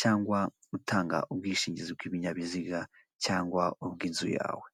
cyangwa utanga ubwishingizi bw'ibinyabiziga cyangwa ubw'inzu yawe.